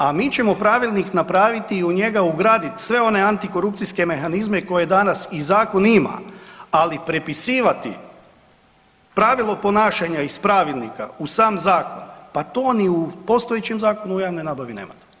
A mi ćemo Pravilnik napraviti i u njega ugraditi sve one antikorupcijske mehanizme koje danas i Zakon ima, ali prepisivati pravilo ponašanja iz Pravilnika u sam Zakon, pa to ni u postojećem Zakonu o javnoj nabavi nemate.